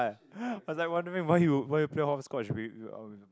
I I was like wondering why you why you play hopscotch with with